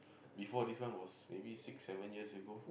before this one was maybe six seven years ago